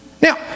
Now